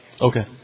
Okay